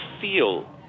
feel